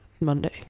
Monday